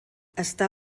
està